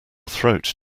throat